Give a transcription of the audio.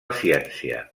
ciència